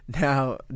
Now